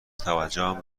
توجهم